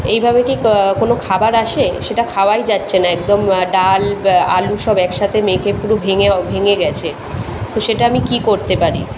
এইভাবে কি কোন খাবার আসে সেটা খাওয়াই যাচ্ছে না একদম ডাল আলু সব একসাথে মেখে পুরো ভেঙে ভেঙে গিয়েছে তো সেটা আমি কি করতে পারি